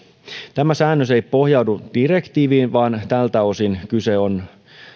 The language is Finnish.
tämä säännös ei pohjaudu direktiiviin vaan tältä osin kyse on